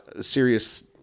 serious